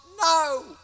No